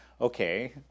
Okay